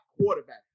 quarterback